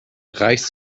reichst